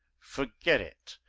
forget it!